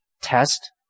test